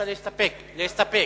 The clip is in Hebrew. הצעת להסתפק.